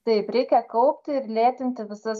taip reikia kaupti ir lėtinti visas